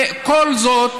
כל זאת